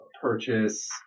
purchase